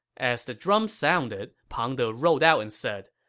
as the drum sounded, pang de rode out and said,